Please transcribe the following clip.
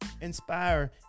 inspire